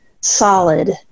solid